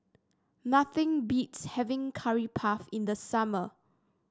nothing beats having Curry Puff in the summer